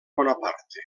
bonaparte